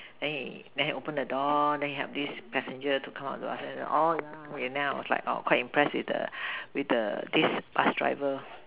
then he then he open the door then he help this passenger to come up the bus orh ya lah then I was like quite impress with the with the this bus driver